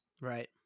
Right